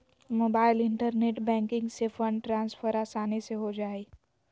mobile internet banking से fund transfer आसानी से हो जा हइ